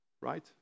right